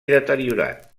deteriorat